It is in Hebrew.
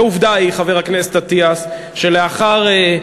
ועובדה היא, חבר הכנסת אטיאס, שלאחר,